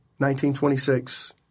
1926